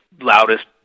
loudest